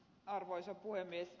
arvoisa puhemies